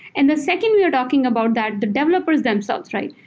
and the second we're talking about that the developers themselves, right?